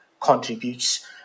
contributes